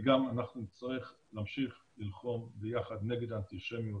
אנחנו נצטרך גם להמשיך וללחום ביחד נגד האנטישמיות.